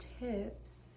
tips